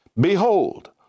Behold